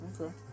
okay